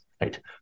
right